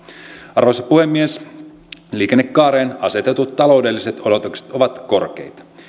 arvoisa puhemies liikennekaarelle asetetut taloudelliset odotukset ovat korkeita